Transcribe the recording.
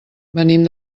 venim